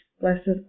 Blessed